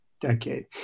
decade